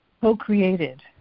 co-created